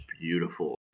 beautiful